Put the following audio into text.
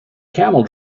camel